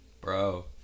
bro